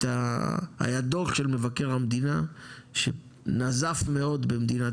היה דו"ח של מבקר המדינה שנזף מאוד במדינת